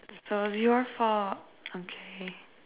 so zero four okay